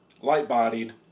Light-bodied